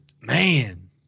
man